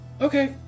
Okay